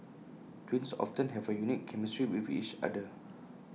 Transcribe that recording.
twins often have A unique chemistry with each other